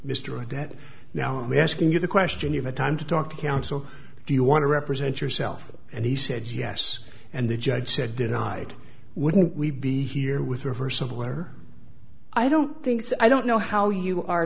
right that now i'm asking you the question you have time to talk to counsel do you want to represent yourself and he said yes and the judge said denied wouldn't we be here with her somewhere i don't think so i don't know how you are